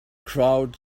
crowd